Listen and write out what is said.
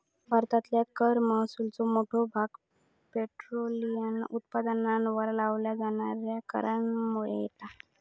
भारतातल्या कर महसुलाचो मोठो भाग पेट्रोलियम उत्पादनांवर लावल्या जाणाऱ्या करांमधुन येता